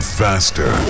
faster